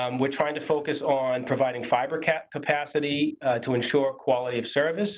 um we're trying to focus on providing fiber capacity to ensure quality of service